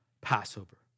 Passover